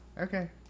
Okay